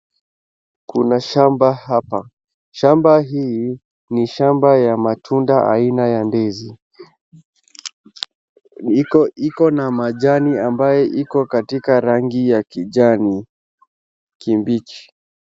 Kuna shamba hapa, shamba hii ni shamba ya matunda aina ya ndizi iko na majani ambaye iko katika rangi ya kijani kimbichi.